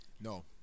No